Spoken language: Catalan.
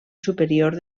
superior